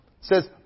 says